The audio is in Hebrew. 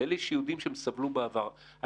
על אלה שיודעים שהן סבלו בעבר.